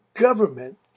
government